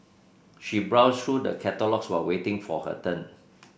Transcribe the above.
she browsed through the catalogues while waiting for her turn